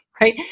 right